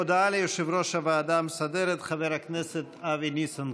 הודעה ליושב-ראש הוועדה המסדרת חבר הכנסת אבי ניסנקורן.